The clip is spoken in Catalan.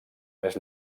més